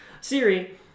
Siri